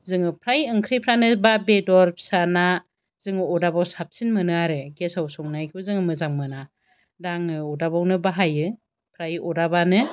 जोङो फ्राय ओंख्रिफोरानो बा बेदर फिसा ना जोङो अरदाबाव साबसिन मोनो आरो गेसआव संनायखौ जोङो मोजां मोना दा आङो अरदाबावनो बाहायो फ्राय अरदाबानो